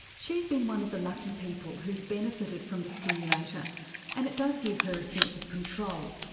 she's been one of the lucky people who's benefited from the stimulator and it does give her a sense of control.